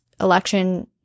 election